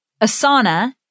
Asana